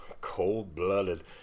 Cold-blooded